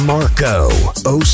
Marco